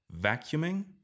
vacuuming